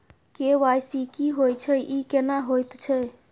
KYC की होय छै, ई केना होयत छै?